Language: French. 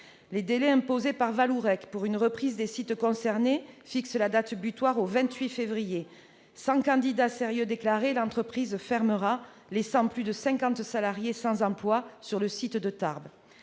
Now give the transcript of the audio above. Les délais imposés par Vallourec pour une reprise des sites concernés fixent la date butoir au 28 février prochain : sans candidat sérieux déclaré, l'entreprise fermera, laissant plus de 50 salariés sans emploi sur le site de Tarbes.